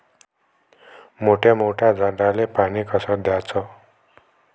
मोठ्या मोठ्या झाडांले पानी कस द्याचं?